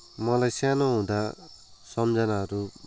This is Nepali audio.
मलाई सानो हुुँदा सम्झनाहरू